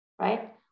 right